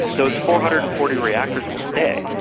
those four hundred and forty reactors will stay,